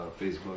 Facebook